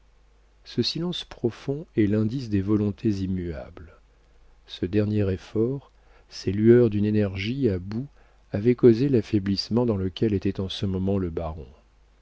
ce silence profond est l'indice des volontés immuables ce dernier effort ces lueurs d'une énergie à bout avaient causé l'affaiblissement dans lequel était en ce moment le baron